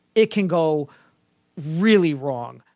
it can go really wrong.